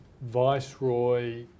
viceroy